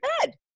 bed